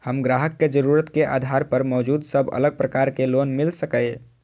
हम ग्राहक के जरुरत के आधार पर मौजूद सब अलग प्रकार के लोन मिल सकये?